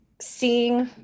Seeing